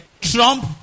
Trump